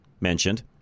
mentioned